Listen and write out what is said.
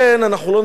אנחנו לא נלך שולל,